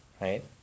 right